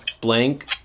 blank